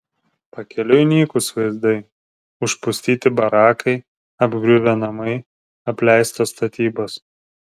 pakeliui nykūs vaizdai užpustyti barakai apgriuvę namai apleistos statybos